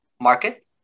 market